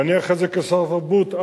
ואני אחרי זה כשר התרבות,